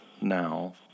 now